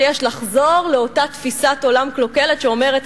שיש לחזור לאותה תפיסת עולם קלוקלת שאומרת,